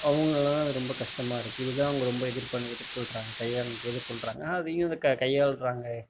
அவங்களாம் அது ரொம்ப கஷ்டமாக இருக்குது இதுதான் அவங்க ரொம்ப எதிர் எதிர்கொள்கிறாங்க கையாள் எதிர்கொள்கிறாங்க அதையும் கை கையாள்கிறாங்க